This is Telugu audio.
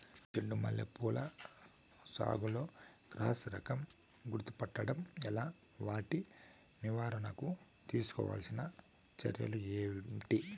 చెండు మల్లి పూల సాగులో క్రాస్ రకం గుర్తుపట్టడం ఎలా? వాటి నివారణకు తీసుకోవాల్సిన చర్యలు ఏంటి?